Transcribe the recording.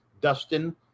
Dustin